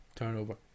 turnover